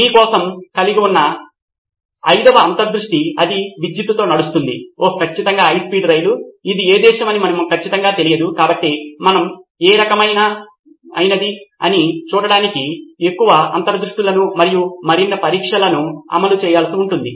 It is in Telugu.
మీ కోసం నేను కలిగి ఉన్న ఐదవ అంతర్దృష్టి అది విద్యుత్తుతో నడుస్తుంది ఓహ్ ఖచ్చితంగా హైస్పీడ్ రైలు ఇది ఏ దేశం అని మనకు ఖచ్చితంగా తెలియదు కాబట్టి మనం ఏ రకమైనది అని చూడటానికి ఎక్కువ అంతర్దృష్టులను మరియు మరిన్ని పరీక్షలను అమలు చేయాల్సి ఉంటుంది